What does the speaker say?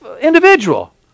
individual